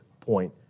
point